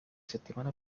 settimana